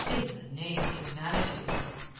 in the name of humanity, now.